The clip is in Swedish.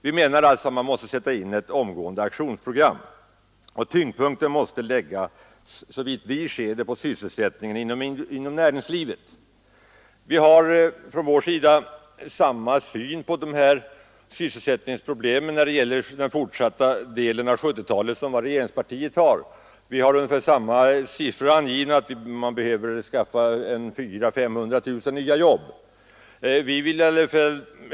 Vi menar att man måste utarbeta ett omedelbart aktionsprogram, och tyngdpunkten i ett sådant måste enligt vår uppfattning läggas inom näringslivet. Vi har på vårt håll samma syn som regeringspartiet på dessa sysselsättningsproblem i vad gäller fortsättningen av 1970-talet. Vi har ungefär samma siffror angivna: man behöver skaffa fram 400 000-500 000 nya jobb. De 100 000 nya jobben är endast en första etapp.